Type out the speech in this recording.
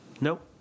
Nope